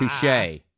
Touche